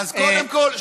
אז קודם כול,